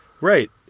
Right